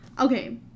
Okay